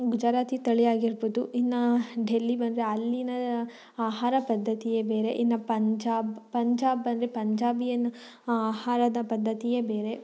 ಗುಜರಾತಿ ತಳಿಯಾಗಿರ್ಬೋದು ಇನ್ನು ಡೆಲ್ಲಿ ಬಂದರೆ ಅಲ್ಲಿನ ಆಹಾರ ಪದ್ದತಿಯೇ ಬೇರೆ ಇನ್ನು ಪಂಜಾಬ್ ಪಂಜಾಬ್ ಬಂದರೆ ಪಂಜಾಬಿಯನ್ ಆಹಾರದ ಪದ್ದತಿಯೇ ಬೇರೆ